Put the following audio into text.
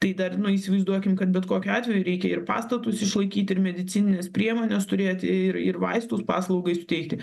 tai dar nu įsivaizduokim kad bet kokiu atveju reikia ir pastatus išlaikyti ir medicinines priemones turėti ir ir vaistus paslaugai suteikti